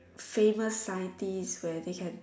famous scientist where they can